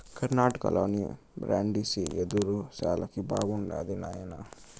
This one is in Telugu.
కర్ణాటకలోని బ్రాండిసి యెదురు శాలకి బాగుండాది నాయనా